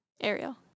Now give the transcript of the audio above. Ariel